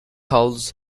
hulls